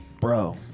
Bro